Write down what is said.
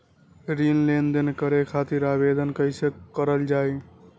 ऋण लेनदेन करे खातीर आवेदन कइसे करल जाई?